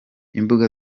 imbuga